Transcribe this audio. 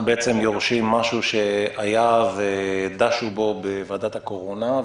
אנחנו בעצם יורשים משהו שהיה ודשו בו בוועדת הקורונה.